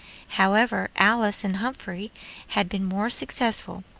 however, alice and humphrey had been more successful,